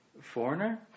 foreigner